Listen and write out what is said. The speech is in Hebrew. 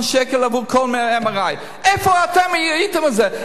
שקל עבור כל MRI. איפה אתם הייתם עם זה?